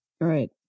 Right